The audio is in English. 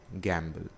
gamble